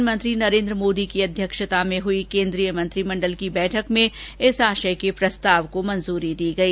प्रधानमंत्री नरेन्द्र मोदी की अध्यक्षता में हुई केन्द्रीय मंत्रिमण्डल की बैठक में इस आशय के प्रस्ताव को मंजूरी दी गई